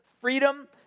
freedom